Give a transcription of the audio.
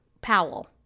Powell